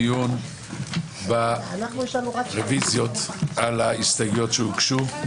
הכנסת בדיון ברוויזיות על ההסתייגויות שהוגשו.